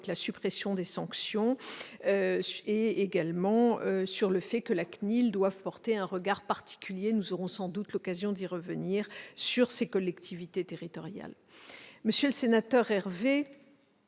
la suppression des sanctions et la nécessité que la CNIL porte un regard particulier- nous aurons sans doute l'occasion d'y revenir -sur ces collectivités territoriales. Monsieur le sénateur Hervé,